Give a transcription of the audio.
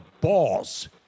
balls